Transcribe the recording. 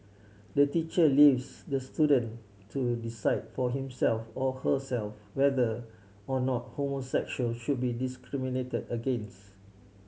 the teacher leaves the student to decide for himself or herself whether or not homosexual should be discriminated against